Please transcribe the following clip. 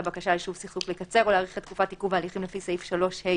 בקשה ליישוב סכסוך לקצר או להאריך את תקופת עיכוב ההליכים לפי סעיף 3(ה).